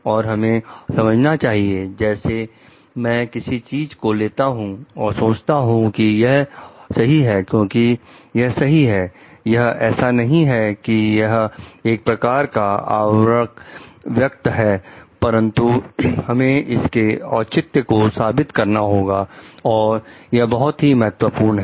और हमें समझना चाहिए जैसे मैं किसी चीज को लेता हूं और सोचता हूं कि यह सही है क्योंकि यह सही है यह ऐसा नहीं है कि यह एक प्रकार का आवरक वक्तव्य है परंतु हमें इसके औचित्य को साबित करना होगा और यह बहुत ही महत्वपूर्ण है